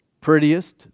prettiest